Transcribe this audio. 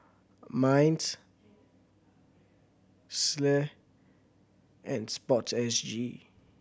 MINDS SLA and SPORTSG